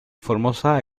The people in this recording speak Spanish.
formosa